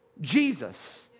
Jesus